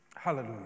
Hallelujah